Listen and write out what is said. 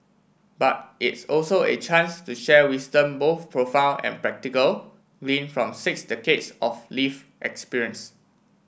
but it's also a chance to share wisdom both profound and practical gleaned from six decades of live experience